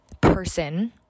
person